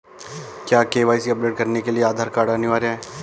क्या KYC update करने के लिए आधार कार्ड अनिवार्य है?